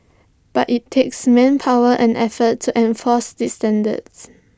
but IT takes manpower and effort to enforce these standards